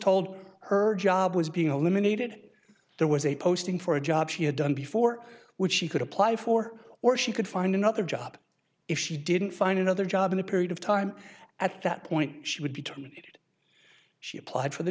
told her job was being eliminated there was a posting for a job she had done before which she could apply for or she could find another job if she didn't find another job in a period of time at that point she would be terminated she applied for the